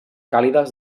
càlides